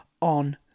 on